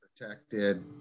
protected